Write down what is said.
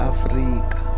Africa